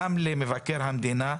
גם למבקר המדינה,